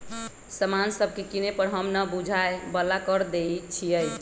समान सभके किने पर हम न बूझाय बला कर देँई छियइ